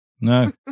no